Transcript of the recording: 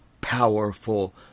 powerful